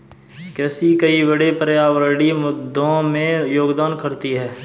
कृषि कई बड़े पर्यावरणीय मुद्दों में योगदान करती है